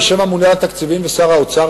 בשם הממונה על התקציבים ושר האוצר,